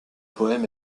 poème